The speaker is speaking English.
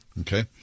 Okay